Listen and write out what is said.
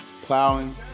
plowing